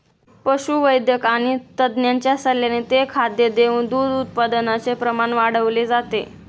पशुवैद्यक आणि तज्ञांच्या सल्ल्याने ते खाद्य देऊन दूध उत्पादनाचे प्रमाण वाढवले जाते